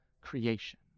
creation